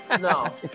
No